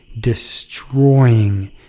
destroying